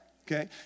okay